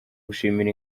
gushimira